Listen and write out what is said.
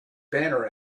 banner